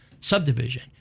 subdivision